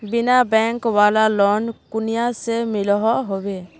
बिना बैंक वाला लोन कुनियाँ से मिलोहो होबे?